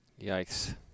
Yikes